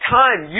time